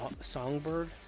songbird